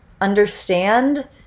understand